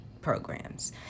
programs